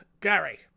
gary